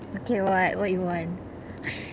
okay what what you want